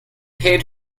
paid